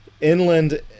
Inland